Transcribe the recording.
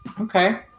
Okay